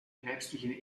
päpstlichen